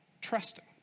trusting